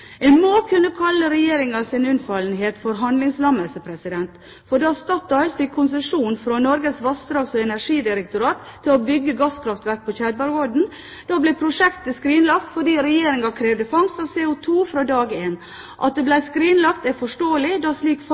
En må kunne kalle Regjeringens unnfallenhet for handlingslammelse, for da Statoil fikk konsesjon fra Norges Vassdrags- og energidirektorat til å bygge gasskraftverk på Tjeldbergodden, ble prosjektet skrinlagt fordi Regjeringen krevde fangst av CO2, fra dag én. At det ble skrinlagt, er forståelig, da slik fangst er svært kostnadskrevende. Da Industrikraft Møre endelig fikk konsesjon for